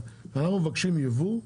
אנחנו מבקשים ייבוא,